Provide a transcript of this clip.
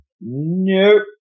Nope